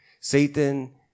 Satan